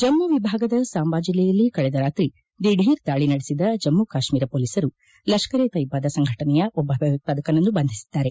ಜಮ್ಮು ವಿಭಾಗದ ಸಾಂಬಾ ಜಲ್ಲೆಯಲ್ಲಿ ಕಳೆದ ರಾತ್ರಿ ದಿಢೀರ್ ದಾಳಿ ನಡೆಸಿದ ಜಮ್ಮ ಕಾಶ್ಮೀರ ಮೊಲೀಸರು ಲಷ್ಕರ್ ಎ ತಯ್ದಾ ಸಂಘಟನೆಯ ಒಬ್ಬ ಭಯೋತ್ಪಾದಕನನ್ನು ಬಂಧಿಸಿದ್ದಾರೆ